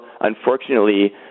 unfortunately